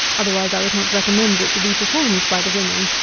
otherwise i would not recommend it to be performed by the women,